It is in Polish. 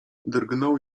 drgnął